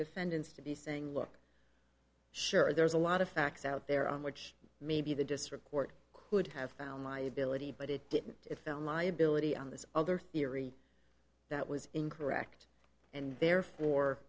defendants to be saying look sure there's a lot of facts out there on which maybe the district court could have found liability but if it's their liability on this other theory that was incorrect and therefore